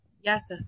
yes